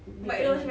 pregnant